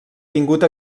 tingut